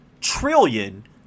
trillion